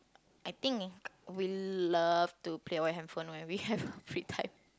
I think will love to play my hand phone whenever we have free time